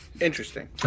Interesting